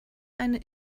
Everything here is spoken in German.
eine